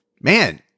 man